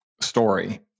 story